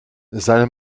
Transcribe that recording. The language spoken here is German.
seine